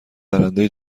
برنده